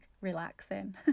relaxing